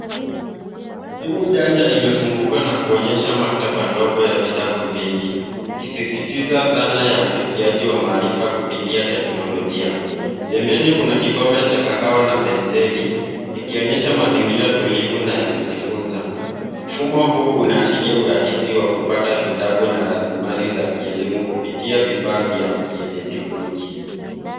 Simu janja imefunguka na kuonyesha maktaba ndogo ya vitabu vingi ikisisitiza dhana ya ufikiaji wa maarifa kupitia teknolojia. Pembeni kuna kikombe cha kahawa na penseli ikionyesha mazingira tulivu na ya kujifunza. Mfumo huu unaashiria urahisi wa kupata vitabu na rasilimali za kielimu kupitia vifaa vya kielektroniki.